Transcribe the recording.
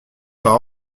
par